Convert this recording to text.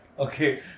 Okay